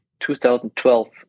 2012